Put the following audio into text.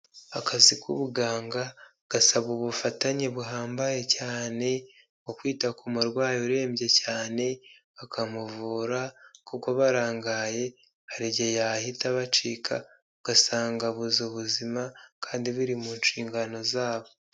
Akazi k'ubuganga gasaba ubufatanye buhambaye cyane, bwo kwita ku murwayi urembye cyane, bakamuvura, kuko barangaye, hari igihe yahita bacika, ugasanga abuze ubuzima, kandi biri mu nshingano zabo.